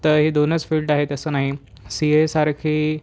तर हे दोनच फील्ड आहेत असं नाही सी एसारखी